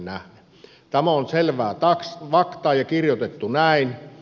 tämä on selvää faktaa ja kirjoitettu näin